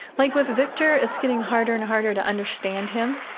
like, with victor, it's getting harder and harder to understand him.